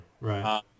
right